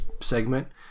Segment